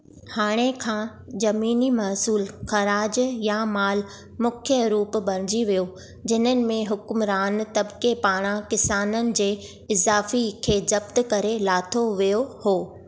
हाणे खां ज़मीनी महसूलु ख़राज या मालु मुख्य रूप बणिजी वियो जिन्हनि में हुकुमरान तबिक़े पारां किसाननि जे इज़ाफ़ी खे ज़ब्तु करे लाथो वियो हो